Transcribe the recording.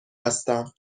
هستم